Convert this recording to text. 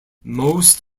most